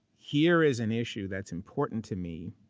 here is an issue that's important to me,